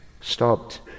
stopped